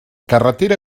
carretera